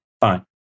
fine